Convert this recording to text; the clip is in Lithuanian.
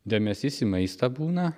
dėmesys į maistą būna